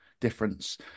difference